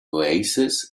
oasis